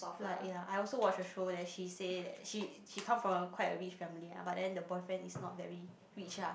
like yea I also watch a show that she say that she she comes from a quite rich family but then the boyfriend is not very rich lah